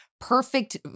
perfect